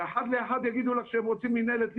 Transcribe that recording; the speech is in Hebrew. ואחד לאחד הם יגידו לך שהם רוצים מינהלת ליגה.